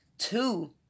Two